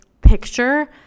picture